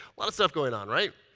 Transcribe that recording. lot of stuff going on, right?